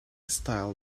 style